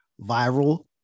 viral